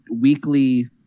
weekly